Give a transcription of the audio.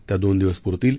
त्या दोन दिवस प्रतील